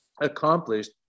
accomplished